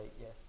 yes